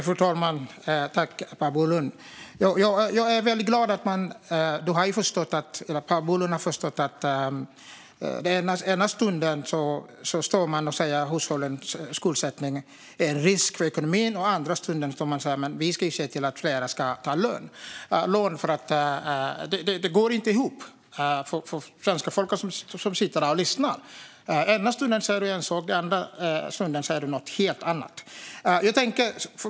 Fru talman! Ena stunden står man och säger att hushållens skuldsättning är en risk för ekonomin, och andra stunden säger man att man ska se till att fler ska ta lån. Det går inte ihop för svenska folket som sitter och lyssnar, och jag är glad att Per Bolund har förstått det. Ena stunden säger du en sak och andra stunden säger du något helt annat.